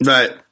Right